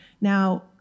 Now